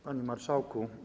Panie Marszałku!